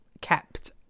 kept